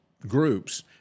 groups